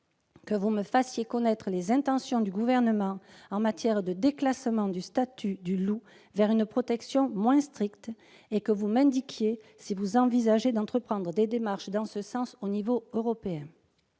que vous me fassiez connaître les intentions du Gouvernement en matière de déclassement du statut du loup en vue d'une protection moins stricte et que vous m'indiquiez si vous envisagez d'entreprendre des démarches en ce sens au niveau européen.